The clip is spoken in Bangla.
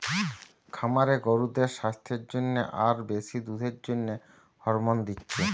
খামারে গরুদের সাস্থের জন্যে আর বেশি দুধের জন্যে হরমোন দিচ্ছে